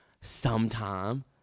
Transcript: sometime